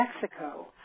Mexico